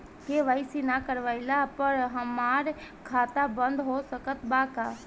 KYC ना करवाइला पर हमार खाता बंद हो सकत बा का?